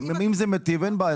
אם זה מיטיב, אין בעיה.